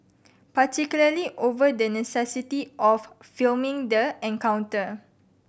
particularly over the necessity of filming the encounter